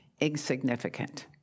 insignificant